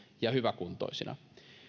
ja hyväkuntoisina